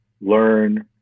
learn